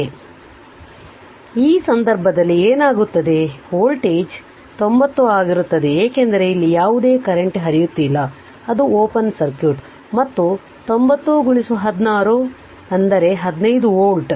ಆದ್ದರಿಂದ ಆ ಸಂದರ್ಭದಲ್ಲಿ ಏನಾಗುತ್ತದೆ ವೋಲ್ಟೇಜ್ 90 ಆಗಿರುತ್ತದೆ ಏಕೆಂದರೆ ಇಲ್ಲಿ ಯಾವುದೇ ಕರೆಂಟ್ ಹರಿಯುತ್ತಿಲ್ಲ ಅದು ಓಪನ್ ಸರ್ಕ್ಯೂಟ್ ಮತ್ತು 90 16 ಅಂದರೆ 15 ವೋಲ್ಟ್